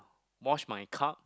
wash my cup